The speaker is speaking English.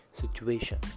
situation